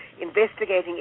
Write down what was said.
investigating